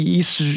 isso